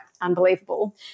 unbelievable